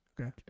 Okay